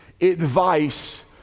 advice